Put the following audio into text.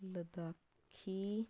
Ladakhi